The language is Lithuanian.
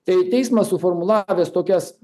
tai teismas suformulavęs tokias